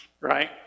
right